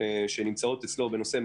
כזה ------ שנמצאות אצלו בנושאי